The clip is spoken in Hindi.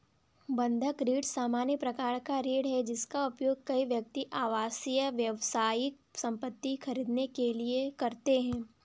बंधक ऋण सामान्य प्रकार का ऋण है, जिसका उपयोग कई व्यक्ति आवासीय, व्यावसायिक संपत्ति खरीदने के लिए करते हैं